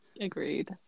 agreed